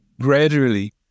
gradually